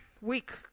week